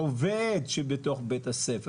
העובד שבתוך בית הספר,